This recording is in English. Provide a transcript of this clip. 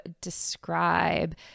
describe